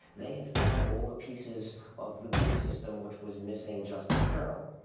they had found all the pieces of the gnu system which was missing just the kernel,